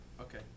Okay